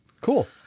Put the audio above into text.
Cool